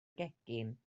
gegin